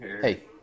Hey